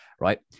right